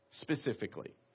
specifically